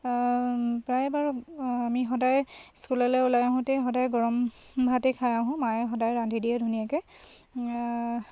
প্ৰায় বাৰু আমি সদায় স্কুললৈ ওলাই আহোঁতে সদায় গৰম ভাতেই খাই আহোঁ মায়ে সদায় ৰান্ধি দিয়ে ধুনীয়াকৈ